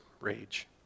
Rage